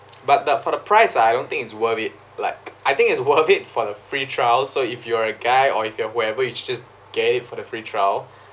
but the for the price ah I don't think it's worth it like I think it's worth it for the free trial so if you're a guy or if you're whoever it's just gave for the free trial